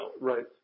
Right